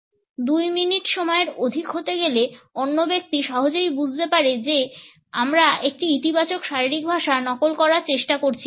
2 minute সময়ের অধিক হতে গেলে অন্য ব্যক্তি সহজেই বুঝতে পারে যে আমরা একটি ইতিবাচক শারীরিক ভাষা নকল করার চেষ্টা করছি কিনা